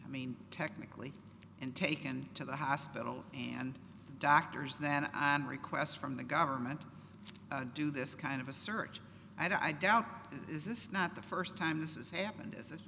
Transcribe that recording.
i mean technically and taken to the hospital and doctors then i request from the government do this kind of a search and i doubt is this not the first time this is happened is